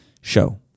show